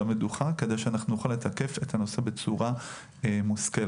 המדוכה כדי שנוכל לתקף את הנושא בצורה מושכלת.